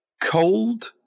Cold